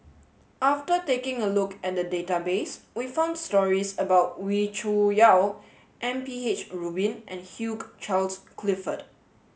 after taking a look at the database we found stories about Wee Cho Yaw M P H Rubin and Hugh Charles Clifford